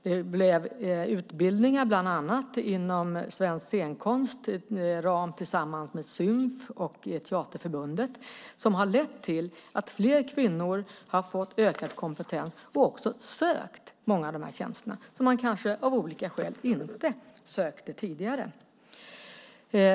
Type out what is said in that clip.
Det blev utbildningar inom bland annat Svensk scenkonsts ram tillsammans med Symf och Teaterförbundet som har lett till att fler kvinnor har fått ökad kompetens och också sökt många av de här tjänsterna som man kanske av olika skäl inte sökte tidigare.